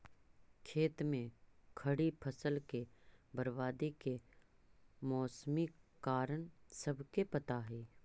खेत में खड़ी फसल के बर्बादी के मौसमी कारण सबके पता हइ